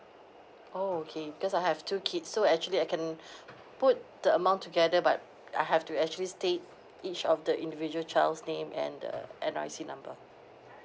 oh okay cause I have two kids so actually I can put the amount together but I have to actually state each of the individual child's name and the N_R_I_C number